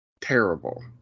terrible